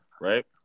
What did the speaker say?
right